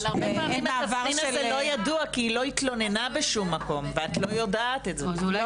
אין מעבר --- בסדר,